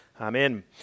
Amen